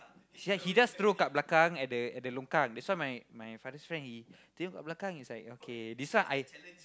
ya he just throw kat belakang at the at the longkang that's why my my father's friend he tengok kat belakang is like okay this one I